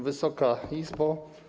Wysoka Izbo!